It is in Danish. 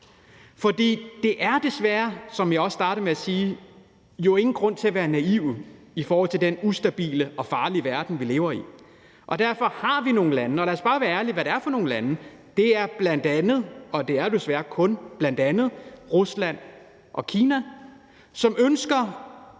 For det er desværre, som jeg også startede med at sige, sådan, at der ikke er nogen grund til at være naive i forhold til den ustabile og farlige verden, vi lever i. Vi har nogle lande, og lad os bare være ærlige om, hvad det er for nogle lande, for det er bl.a. – eller det er det kun – Rusland og Kina, som ønsker